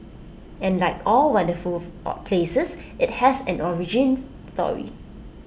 and like all wonderful places IT has an origin story